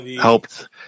helped